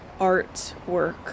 artwork